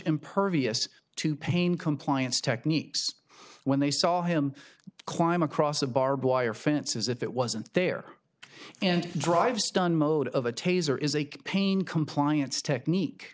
impervious to pain compliance techniques when they saw him climb across a barbed wire fence as if it wasn't there and drive stun mode of a taser is a pain compliance technique